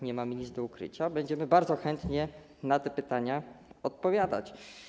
Nie mamy nic do ukrycia, będziemy bardzo chętnie na te pytania odpowiadać.